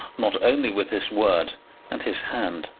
not only with his word and his hand,